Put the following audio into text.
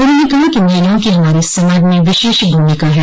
उन्होंने कहा कि महिलाओं की हमारे समाज में विशेष भूमिका है